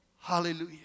Hallelujah